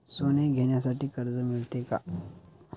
सोने घेण्यासाठी कर्ज मिळते का?